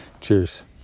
cheers